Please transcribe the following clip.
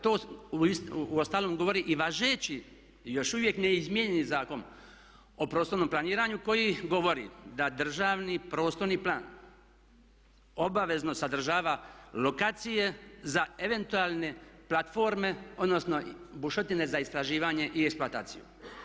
To u ostalom govori i važeći, još uvijek ne izmijenjeni Zakon o prostornom planiranju koji govori da državni prostorni plan obavezno sadržava lokacije za eventualne platforme, odnosno bušotine za istraživanje i eksploataciju.